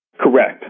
Correct